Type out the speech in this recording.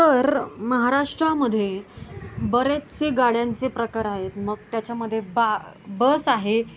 तर महाराष्ट्रामध्ये बरेचसे गाड्यांचे प्रकार आहेत मग त्याच्यामध्ये बा बस आहे